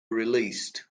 released